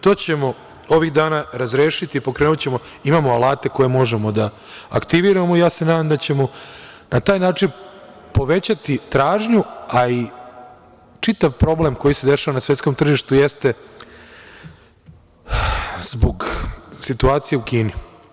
To ćemo ovih dana razrešiti, pokrenućemo, imamo alate koje možemo da aktiviramo i ja se nadam da ćemo na taj način povećati tražnju, a i čitav problem koji se dešava na svetskom tržištu jeste zbog situacije u Kini.